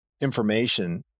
information